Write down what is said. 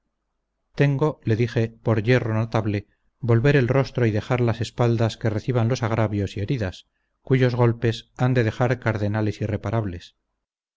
tengo le dije por yerro notable volver el rostro y dejar las espaldas que reciban los agravios y heridas cuyos golpes han de dejar cardenales irreparables